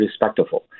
respectful